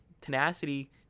tenacity